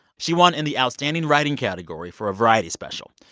she won in the outstanding writing category for a variety special.